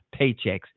paychecks